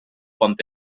pont